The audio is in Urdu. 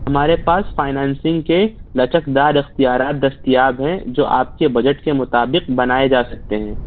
ہمارے پاس فائنانسنگ کے لچکدار اختیارات دستیاب ہیں جو آپ کے بجٹ کے مطابق بنائے جا سکتے ہیں